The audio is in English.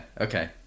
Okay